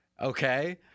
Okay